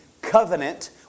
Covenant